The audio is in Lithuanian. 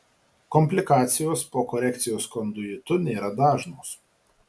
komplikacijos po korekcijos konduitu nėra dažnos